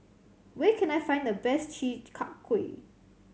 where can I find the best Chi Kak Kuih